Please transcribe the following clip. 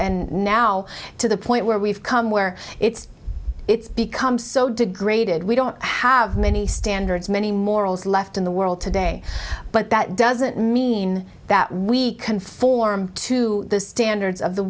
and now to the point where we've come where it's it's become so degraded we don't have many standards many morals left in the world today but that doesn't mean that we conform to the standards of the